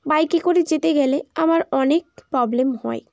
বাইকে করে যেতে গেলে আমার অনেক প্রবলেম হয়